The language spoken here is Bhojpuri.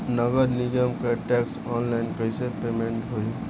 नगर निगम के टैक्स ऑनलाइन कईसे पेमेंट होई?